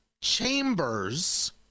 chambers